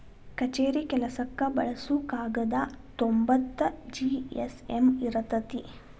ಕಛೇರಿ ಕೆಲಸಕ್ಕ ಬಳಸು ಕಾಗದಾ ತೊಂಬತ್ತ ಜಿ.ಎಸ್.ಎಮ್ ಇರತತಿ